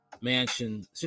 mansion